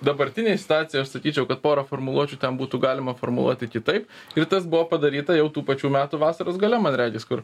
dabartinėj situacijoj aš sakyčiau kad pora formuluočių ten būtų galima formuluoti kitaip ir tas buvo padaryta jau tų pačių metų vasaros gale man regis kur